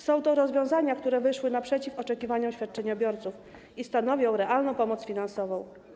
Są to rozwiązania, które wyszły naprzeciw oczekiwaniom świadczeniobiorców i stanowią realną pomoc finansową.